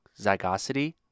zygosity